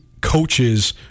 Coaches